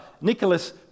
Nicholas